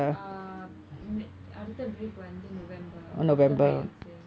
um um அடுத்த:adutha break வந்து:vanthu november after my exams